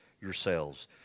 yourselves